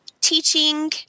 teaching